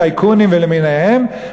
טייקונים ולמיניהם,